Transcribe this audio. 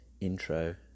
intro